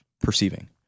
perceiving